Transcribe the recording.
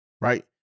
right